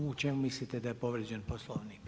U čemu mislite da je povrijeđen Poslovnik?